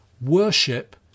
Worship